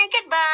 goodbye